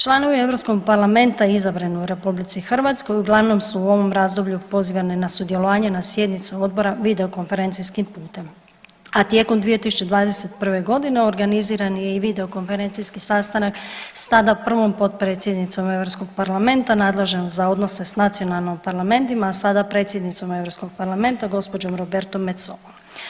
Članovi Europskog parlamenta izabrani u RH uglavnom su u ovom razdoblju pozvani na sudjelovanje na sjednici odbora videokonferencijskim putem, a tijekom 2021.g. organiziran je i videokonferencijski sastanak s tada prvom potpredsjednicom Europskog parlamenta nadležnog za odnose s nacionalnim parlamentima, a sada predsjednicom Europskog parlamenta gđom. Robertom Metsolom.